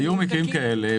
היו מקרים כאלה,